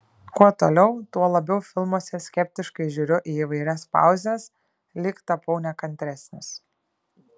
kuo toliau tuo labiau filmuose skeptiškai žiūriu į įvairias pauzes lyg tapau nekantresnis